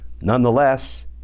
Nonetheless